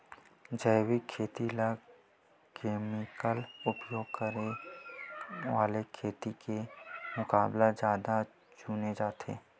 जैविक खेती ला केमिकल उपयोग करे वाले खेती के मुकाबला ज्यादा चुने जाते